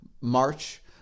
March